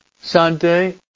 Sunday